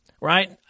right